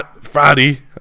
Friday